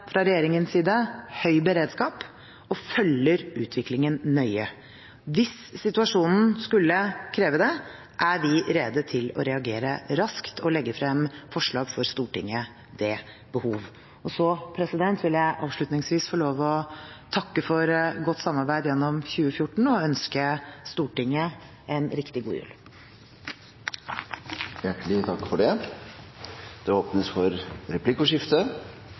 fra regjeringens side høy beredskap og følger utviklingen nøye. Hvis situasjonen skulle kreve det, er vi rede til å reagere raskt og legge frem forslag for Stortinget ved behov. Så vil jeg avslutningsvis få lov til å takke for godt samarbeid gjennom 2014 og ønske Stortinget en riktig god jul! Hjertelig takk for det. Det blir replikkordskifte.